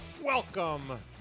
Welcome